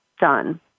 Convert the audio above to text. done